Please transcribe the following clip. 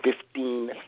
Fifteen